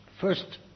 First